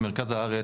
במרכז הארץ,